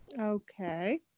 Okay